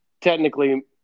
technically